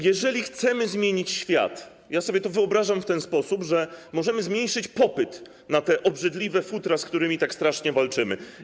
Jeżeli chcemy zmienić świat, to wyobrażam sobie to w ten sposób, że możemy zmniejszyć popyt na te obrzydliwe futra, z którymi tak strasznie walczymy.